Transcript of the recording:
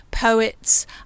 poets